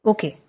Okay